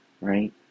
right